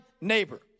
neighbor